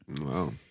Wow